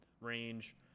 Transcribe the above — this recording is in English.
range